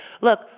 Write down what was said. look